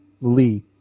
Lee